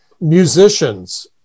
Musicians